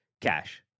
cash